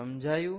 સમજાયું